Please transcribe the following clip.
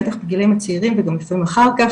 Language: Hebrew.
בטח בגילאים הצעירים וגם לפעמים אחר כך,